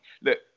Look